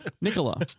Nicola